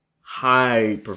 High